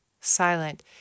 silent